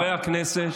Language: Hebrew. חברי הכנסת,